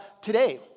today